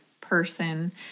person